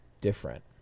different